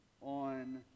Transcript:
on